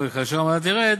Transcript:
וכאשר המדד ירד,